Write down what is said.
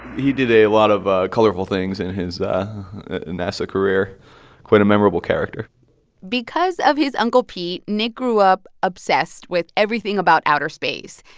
he did a lot of ah colorful things in his nasa career quite a memorable character because of his uncle pete, nick grew up obsessed with everything about outer space.